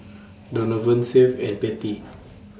Donavon Seth and Patti